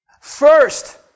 First